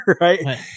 Right